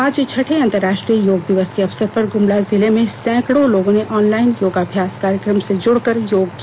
आज छठे अंतर्राष्ट्रीय योग दिवस के अवसर पर गुमला जिले में सैकड़ों लोगों ने ऑनलाइन योगाभ्यास कार्यक्रम में जुड़ कर योग किया